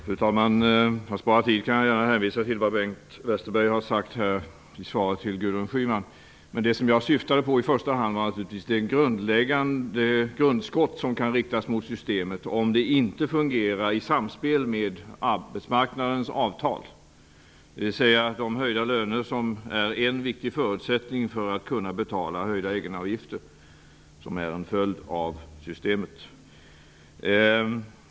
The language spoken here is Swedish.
Fru talman! För att spara tid vill jag hänvisa till vad Bengt Westerberg har sagt här i svaret till Gudrun Schyman. Det som jag syftade på i första hand var det grundskott som kan riktas mot systemet om det inte fungerar i samspel med arbetsmarknadens avtal. Höjda löner är en viktig förutsättning för att man skall kunna betala höjda egenavgifter, som är en följd av systemet.